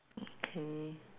okay